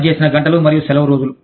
పని చేసిన గంటలు మరియు సెలవు రోజులు